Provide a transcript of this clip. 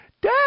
dad